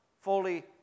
fully